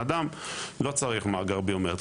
לא צריך מאגר ביומטרי.